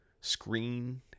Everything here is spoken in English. screen